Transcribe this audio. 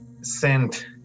sent